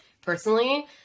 personally